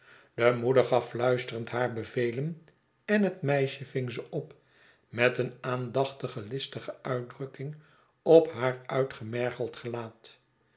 de moeder gaf fluisterend haar bevelen en het meisje ving ze op met een aandachtige listige uitdrukking op haar uitgemergeld gelaat